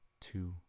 two